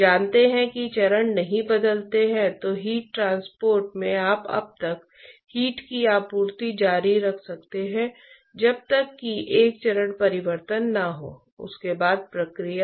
तो इसका एक अच्छा उदाहरण मान लीजिए मैं एक कप कॉफी खरीदता हूं मैं उसे टेबल पर रखता हूं